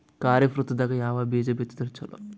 ಖರೀಫ್ ಋತದಾಗ ಯಾವ ಬೀಜ ಬಿತ್ತದರ ಚಲೋ?